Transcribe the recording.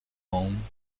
home